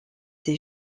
des